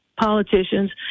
politicians